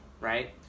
right